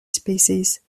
species